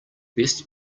best